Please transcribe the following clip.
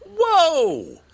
Whoa